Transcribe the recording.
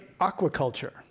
aquaculture